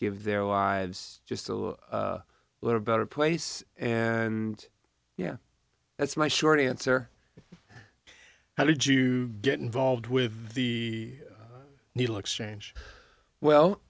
give their lives just a little better place and yeah that's my short answer how did you get involved with the needle exchange well